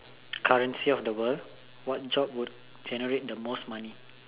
currency of the world what job would generate the most money